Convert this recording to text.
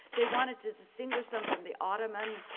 they wanted to distinguish them from the ottoman